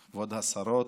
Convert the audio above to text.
כבוד השרות,